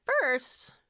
first